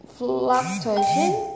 Fluctuation